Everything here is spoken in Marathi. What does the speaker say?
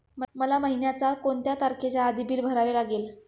मला महिन्याचा कोणत्या तारखेच्या आधी बिल भरावे लागेल?